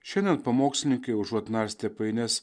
šiandien pamokslininkai užuot narstę painias